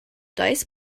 dice